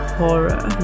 horror